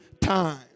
time